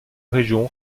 région